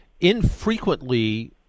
infrequently